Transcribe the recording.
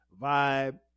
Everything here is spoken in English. vibe